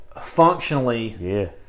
functionally